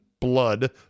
blood